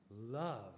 love